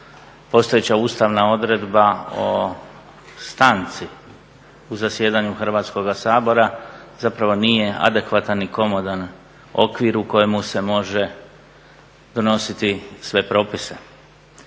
postojeća ustavna odredba o stanci u zasjedanju Hrvatskoga sabora zapravo nije adekvatan i komodan okvir u kojemu se može donositi sve propise.